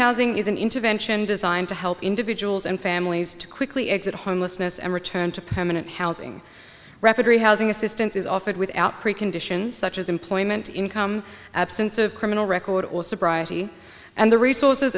housing is an intervention designed to help individuals and families to quickly exit homelessness and return to permanent housing rapidly housing assistance is offered without preconditions such as employment income absence of criminal record or sobriety and the resources